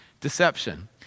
Deception